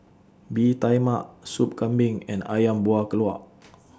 Bee Tai Mak Soup Kambing and Ayam Buah Keluak